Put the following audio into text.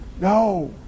No